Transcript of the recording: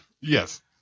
Yes